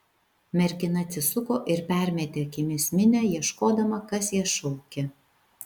mergina atsisuko ir permetė akimis minią ieškodama kas ją šaukia